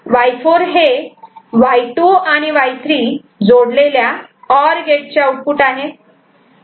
Y4 हे Y2 आणि Y3 जोडलेल्या ऑर गेट चे आउटपुट आहे